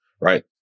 right